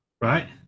right